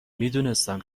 میدونستم